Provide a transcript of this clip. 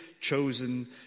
chosen